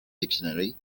dictionary